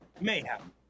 mayhem